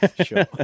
Sure